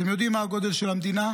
אתם יודעים מה הגודל של המדינה?